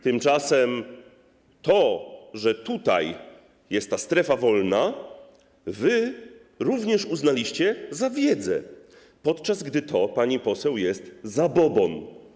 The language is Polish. Tymczasem to, że tutaj jest ta strefa wolna od wirusa, wy również uznaliście za wiedzę, podczas gdy to, pani poseł, jest zabobon.